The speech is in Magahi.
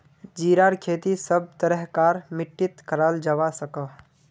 जीरार खेती सब तरह कार मित्तित कराल जवा सकोह